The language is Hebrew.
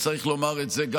וצריך לומר את זה.